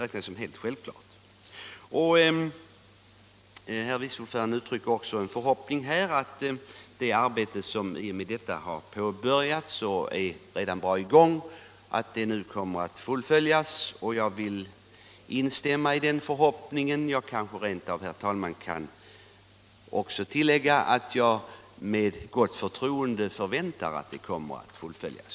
Detta är helt självklart. Herr vice ordföranden uttryckte också en förhoppning om att det arbete som har påbörjats kommer att fullföljas. Jag vill instämma i den förhoppningen och kan kanske, herr talman, rent av tillägga att jag med gott förtroende förväntar att det kommer att fullföljas.